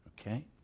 okay